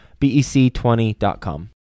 BEC20.com